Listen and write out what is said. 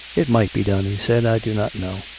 it might be done, he said. i do not know.